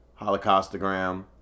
Holocaustogram